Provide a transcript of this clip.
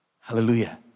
Hallelujah